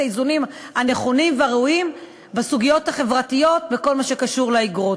האיזונים הנכונים והראויים בסוגיות החברתיות בכל מה שקשור לאגרות.